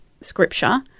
scripture